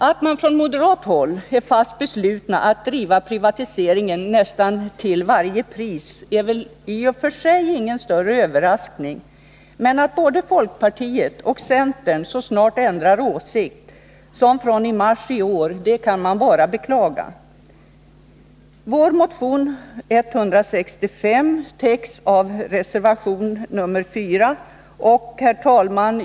Att man från moderat håll är fast besluten att driva privatiseringen nästan till varje pris är väl i och för sig ingen större överraskning, men att både folkpartiet och centern så snart ändrar åsikt som från mars i år till nu kan man bara beklaga. Herr talman!